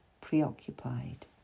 preoccupied